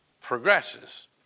progresses